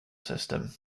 system